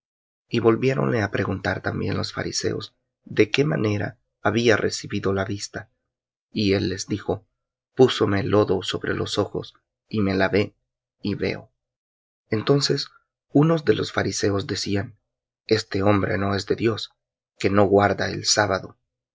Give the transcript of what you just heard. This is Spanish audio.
y volviéronle á preguntar también los fariseos de qué manera había recibido la vista y él les dijo púsome lodo sobre los ojos y me lavé y veo entonces unos de los fariseos decían este hombre no es de dios que no guarda el sábado